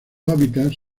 hábitats